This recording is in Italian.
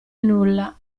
nulla